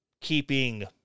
keeping